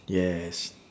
yes